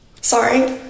sorry